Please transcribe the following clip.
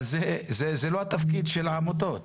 אבל זה לא התפקיד של העמותות,